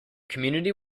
community